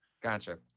Gotcha